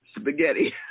spaghetti